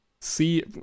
see